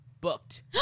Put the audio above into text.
booked